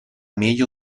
meglio